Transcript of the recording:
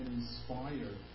inspire